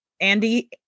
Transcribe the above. Andy